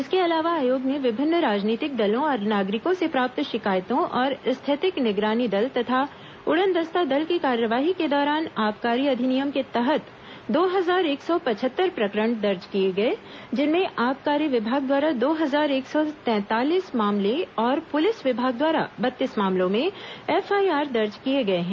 इसके अलावा आयोग ने विभिन्न राजनीतिक दलों और नागरिकों से प्राप्त शिकायतों और स्थैतिक निगरानी दल तथा उड़नदस्ता दल की कार्यवाही के दौरान आबकारी अधिनियम के तहत दो हजार एक सौ पचहत्तर प्रकरण दर्ज किए गए जिनमें आबकारी विभाग द्वारा दो हजार एक सौ तैंतालीस मामले और पुलिस विभाग द्वारा बत्तीस मामलों में एफआईआर दर्ज किए गए हैं